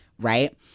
Right